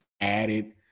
added